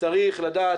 צריך לדעת,